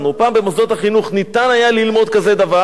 פעם במוסדות החינוך ניתן היה ללמוד כזה דבר.